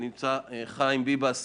נמצא איתנו גם חיים ביבס,